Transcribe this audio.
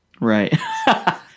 Right